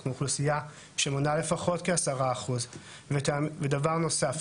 אנחנו אוכלוסייה שמונה לפחות 10%. דבר נוסף,